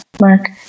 Mark